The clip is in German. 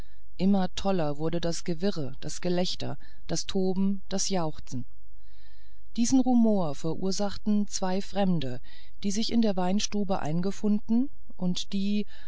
immer toller wurde das gewirre das gelächter das toben das jauchzen diesen rumor verursachten zwei fremde die sich in der weinstube eingefunden und die